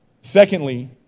Secondly